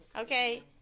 okay